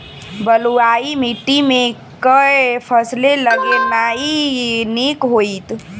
बलुआही माटि मे केँ फसल लगेनाइ नीक होइत?